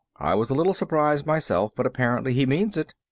i was a little surprised myself, but apparently he means it.